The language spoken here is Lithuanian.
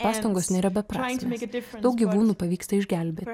pastangos nėra beprasmės daug gyvūnų pavyksta išgelbėti